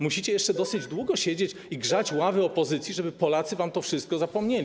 Musicie jeszcze dosyć długo siedzieć i grzać ławy opozycji, żeby Polacy wam to wszystko zapomnieli.